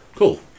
Cool